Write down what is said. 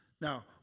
Now